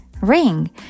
ring